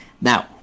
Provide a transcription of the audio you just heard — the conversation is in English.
Now